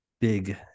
big